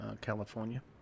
california